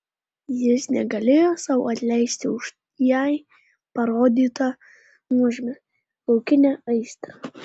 jis negalėjo sau atleisti už jai parodytą nuožmią laukinę aistrą